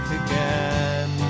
again